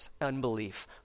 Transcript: unbelief